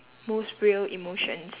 most real emotions